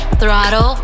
throttle